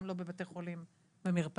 גם לא בבתי חולים ומרפאות.